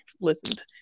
listened